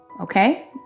okay